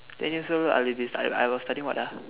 ten years old I live this I was studying what ah